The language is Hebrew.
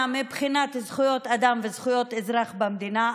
מבחינת זכויות אדם וזכויות אזרח במדינה,